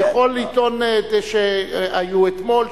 יכול לטעון שהיו אתמול.